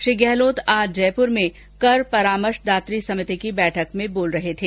श्री गहलोत आज जयपुर में कर परामर्शदात्री समिति की बैठक को संबोधित कर रहे थे